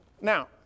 Now